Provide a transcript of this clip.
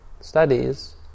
studies